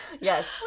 yes